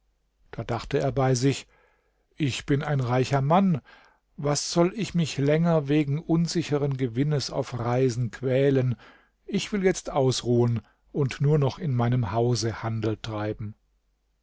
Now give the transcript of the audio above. da dachte er bei sich ich bin ein reicher mann was soll ich mich länger wegen unsicheren gewinnes auf reisen quälen ich will jetzt ausruhen und nur noch in meinem hause handel treiben